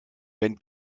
wenn